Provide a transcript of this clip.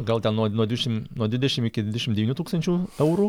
gal ten nuo nuo dvidešim nuo dvidešim iki dvidešim devynių tūkstančių eurų